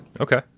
Okay